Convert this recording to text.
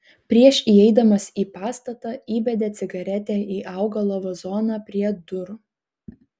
prieš įeidamas į pastatą įbedė cigaretę į augalo vazoną prie durų